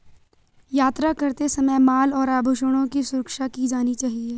यात्रा करते समय माल और आभूषणों की सुरक्षा की जानी चाहिए